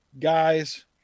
guys